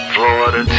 Florida